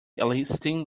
eliciting